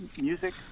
music